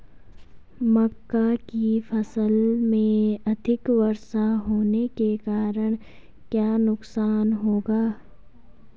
मक्का की फसल में अधिक वर्षा होने के कारण क्या नुकसान होगा?